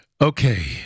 Okay